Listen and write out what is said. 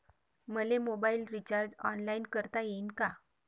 मले mobile recharge online करता येईन का?